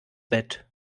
bett